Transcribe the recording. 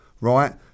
right